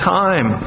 time